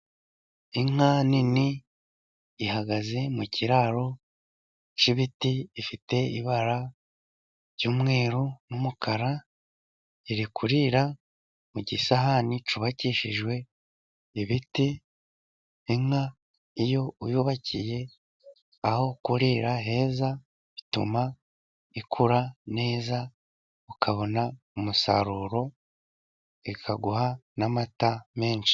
Inka nini ihagaze mu kiraro cy'ibiti ifite ibara ry'umweru n'umukara iri kurira mu gisahani cyubakishijwe ibiti. Inka iyo uyubakiye aho kurira heza bituma ikura neza ukabona umusaruro ikaguha n'amata menshi.